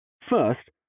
First